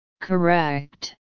Correct